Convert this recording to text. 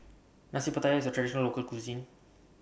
Nasi Pattaya IS A Traditional Local Cuisine